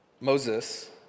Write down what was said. Moses